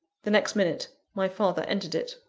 the next minute, my father entered it.